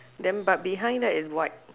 then but behind that is white